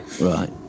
right